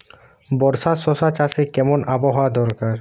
বর্ষার শশা চাষে কেমন আবহাওয়া দরকার?